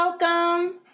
welcome